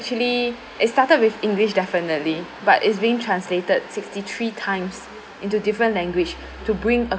actually it started with english definitely but it's being translated sixty three times into different language to bring